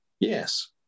Yes